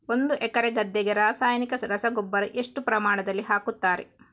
ಒಂದು ಎಕರೆ ಗದ್ದೆಗೆ ರಾಸಾಯನಿಕ ರಸಗೊಬ್ಬರ ಎಷ್ಟು ಪ್ರಮಾಣದಲ್ಲಿ ಹಾಕುತ್ತಾರೆ?